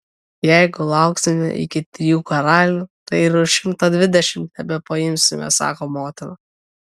jeigu lauksime iki trijų karalių tai ir už šimtą dvidešimt nebepaimsime sako motina